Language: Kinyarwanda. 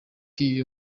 iyo